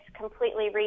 completely